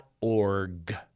org